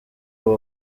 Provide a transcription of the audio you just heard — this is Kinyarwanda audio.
abo